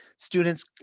Students